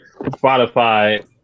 Spotify